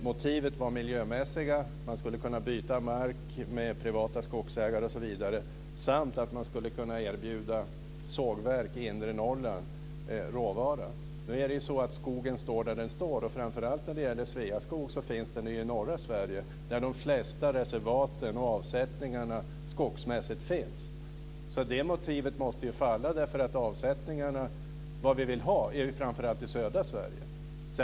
Motiven var miljömässiga. Man skulle kunna byta mark med privata skogsägare osv., och man skulle kunna erbjuda sågverk i inre Norrland råvara. Skogen står ju där den står. Framför allt när det gäller Sveaskog finns den i norra Sverige, där de flesta reservaten och avsättningarna skogsmässigt finns. Det motivet måste ju falla, eftersom de avsättningar vi vill ha framför allt finns i södra Sverige.